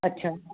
अच्छा